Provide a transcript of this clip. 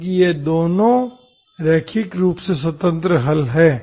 क्योंकि ये दोनों रैखिक रूप से स्वतंत्र हल हैं